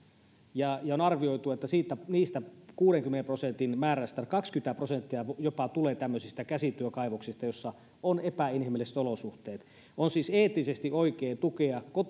ja on arvioitu että siitä kuudenkymmenen prosentin määrästä jopa kaksikymmentä prosenttia tulee tämmöisistä käsityökaivoksista joissa on epäinhimilliset olosuhteet on siis eettisesti oikein tukea